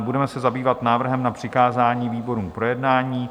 Budeme se zabývat návrhem na přikázání výborům k projednání.